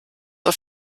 auf